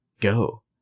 go